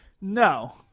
No